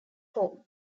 home